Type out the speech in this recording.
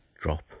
drop